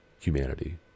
humanity